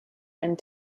and